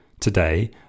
Today